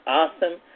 awesome